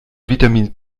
vitamin